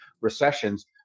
recessions